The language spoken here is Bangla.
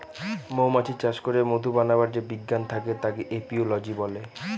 মৌমাছি চাষ করে মধু বানাবার যে বিজ্ঞান থাকে তাকে এপিওলোজি বলে